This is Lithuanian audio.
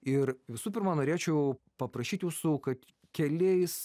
ir visų pirma norėčiau paprašyt jūsų kad keliais